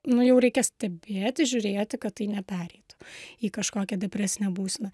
nu jau reikia stebėti žiūrėti kad tai nepereitų į kažkokią depresinę būseną